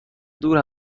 دور